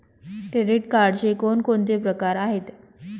Credit कार्डचे कोणकोणते प्रकार आहेत?